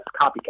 copycat